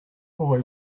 boy